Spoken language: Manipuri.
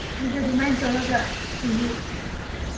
ꯑꯩꯈꯣꯏꯁꯨ ꯑꯗꯨꯃꯥꯏꯅ ꯇꯧꯔꯒ ꯍꯥꯏꯕꯗꯤ